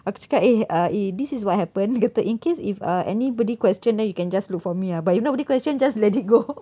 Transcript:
aku cakap eh uh eh this is what happen dia kata in case if uh anybody question then you can just look for me ah but if nobody question just let it go